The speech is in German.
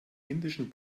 indischen